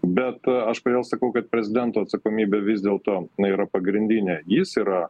bet aš kodėl sakau kad prezidento atsakomybė vis dėlto na yra pagrindinė jis yra